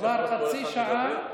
כבר חצי שעה.